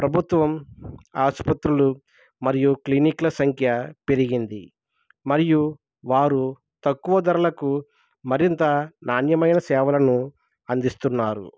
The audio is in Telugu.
ప్రభుత్వం ఆసుపత్రులు మరియు క్లినిక్ల సంఖ్య పెరిగింది మరియు వారు తక్కువ ధరలకు మరింత నాణ్యమైన సేవలను అందిస్తున్నారు